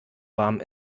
warm